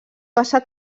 passà